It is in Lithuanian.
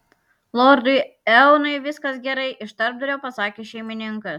lordui eonui viskas gerai iš tarpdurio pasakė šeimininkas